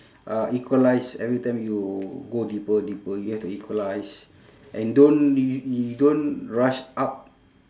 uh equalise every time you go deeper deeper you have to equalise and don't y~ you don't rush up